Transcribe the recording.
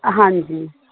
ਹਾਂਜੀ